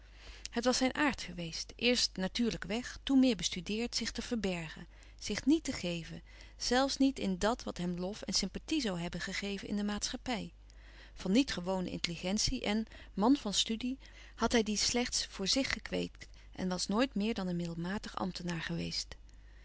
het was zijn aard geweest eerst natuurlijk weg toen meer bestudeerd zich te verbergen zich niet te geven zelfs niet in dàt wat hem lof en sympathie zoû hebben gegeven in de maatschappij van niet gewone intelligentie en man van studie had hij die slechts voor zich gekweekt en was nooit meer dan een middelmatig ambtenaar geweest